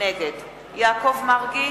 נגד יעקב מרגי,